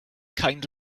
kind